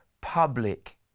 public